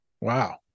Wow